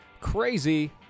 Crazy